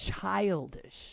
childish